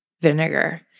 vinegar